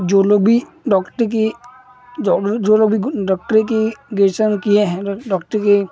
जो लोग भी डॉक्टर की जो लोग भी डॉक्टर की गेजुएशन किए हैं डॉक्टर की